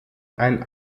ein